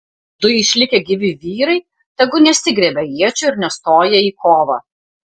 du išlikę gyvi vyrai tegu nesigriebia iečių ir nestoja į kovą